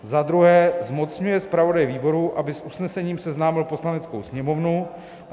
II. zmocňuje zpravodaje výboru, aby s usnesením seznámil Poslaneckou sněmovnu a